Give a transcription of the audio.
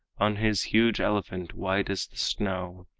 on his huge elephant, white as the snow,